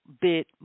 bit